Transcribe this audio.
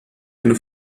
eine